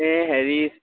এই হেৰি